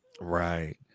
Right